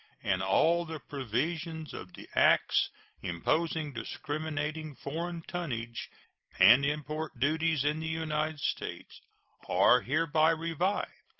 and all the provisions of the acts imposing discriminating foreign tonnage and import duties in the united states are hereby revived,